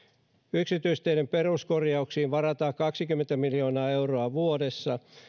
yksityisteiden peruskorjauksiin varataan kaksikymmentä miljoonaa euroa vuodessa